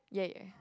yeah yeah